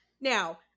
Now